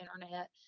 internet